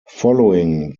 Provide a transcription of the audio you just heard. following